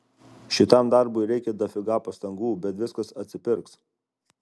šitam darbui reikia dafiga pastangų bet viskas atsipirks